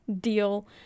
deal